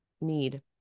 need